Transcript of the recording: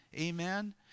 Amen